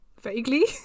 vaguely